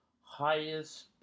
Highest